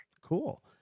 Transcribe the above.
Cool